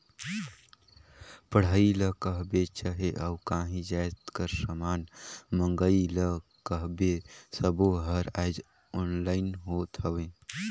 पढ़ई ल कहबे चहे अउ काहीं जाएत कर समान मंगई ल कहबे सब्बों हर आएज ऑनलाईन होत हवें